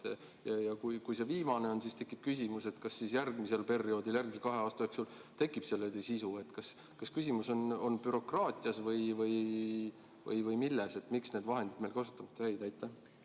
Ja kui on see viimane [variant], siis tekib küsimus, kas järgmisel perioodil, järgmise kahe aasta jooksul tekib sellele sisu. Kas küsimus on bürokraatias või milles? Miks need vahendid meil kasutamata